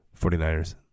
49ers